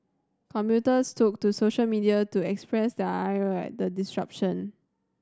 commuters took to social media to express their ire at the disruption